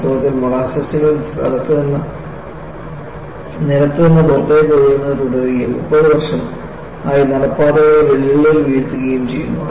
വാസ്തവത്തിൽ മോളാസസുകൾ നിലത്തുനിന്ന് പുറത്തേക്ക് ഒഴുകുന്നത് തുടരുകയും 30 വർഷമായി നടപ്പാതകളിൽ വിള്ളലുകൾ വീഴുകയും ചെയ്തു